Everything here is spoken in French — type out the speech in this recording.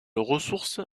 ressource